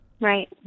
Right